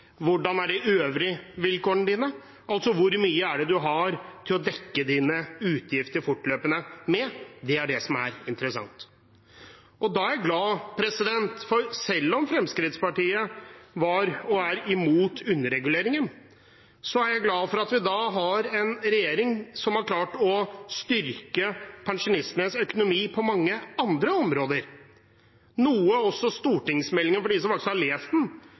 hvordan de øvrige vilkårene er – hvor mye har man til å dekke sine utgifter fortløpende? Det er det som er interessant. Selv om Fremskrittspartiet var – og er – imot underreguleringen, er jeg glad for at vi har en regjering som har klart å styrke pensjonistenes økonomi på mange andre områder, noe også stortingsmeldingen – for dem som faktisk har lest den